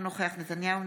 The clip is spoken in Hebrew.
אינו נוכח בנימין נתניהו,